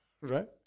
right